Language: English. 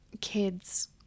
kids